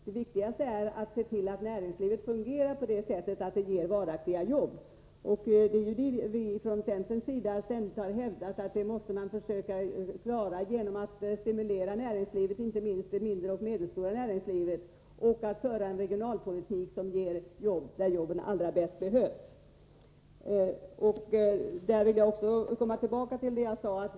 Det viktigaste är att se till att näringslivet fungerar på så sätt att det ger varaktiga jobb. Vi har från centerns sida ständigt hävdat att man måste försöka klara det genom att stimulera näringslivet, inte minst när det gäller de mindre och medelstora företagen, och att man skall föra en regionalpolitik som ger jobb där jobben behövs bäst.